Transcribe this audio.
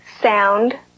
Sound